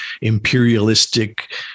imperialistic